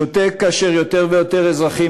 שותק כאשר יותר ויותר אזרחים